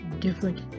different